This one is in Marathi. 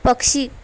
पक्षी